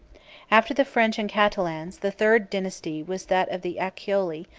after the french and catalans, the third dynasty was that of the accaioli,